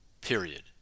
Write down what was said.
period